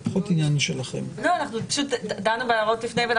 אנחנו דנו בהערות לפני כן.